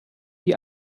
die